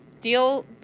deal